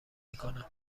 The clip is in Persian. میکنم